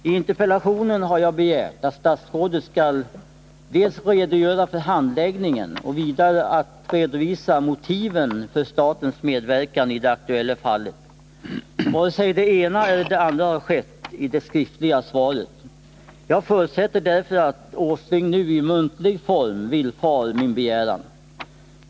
I interpellationen har jag begärt att statsrådet skall dels redogöra för handläggningen, dels redovisa motiven för statens medverkan i det aktuella fallet. Varken det ena eller det andra har skett i det skriftliga svaret. Jag förutsätter därför att herr Åsling nu i muntlig form villfar min begäran.